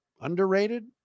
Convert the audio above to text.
underrated